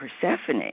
Persephone